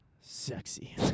sexy